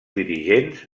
dirigents